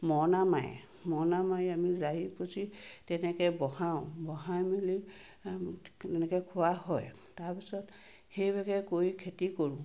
মৰণা মাৰে মৰণা মাৰি আমি ঝাৰি পুছি তেনেকৈ বঢ়াওঁ বঢ়াই মেলি তেনেকৈ খোৱা হয় তাৰপাছত সেইভাগে কৰি খেতি কৰোঁ